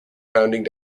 founding